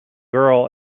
girl